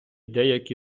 деякі